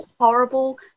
horrible